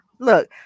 look